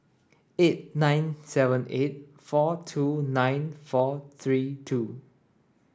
eight nine seven eight four two nine four three two